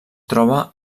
troba